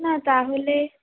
না তাহলে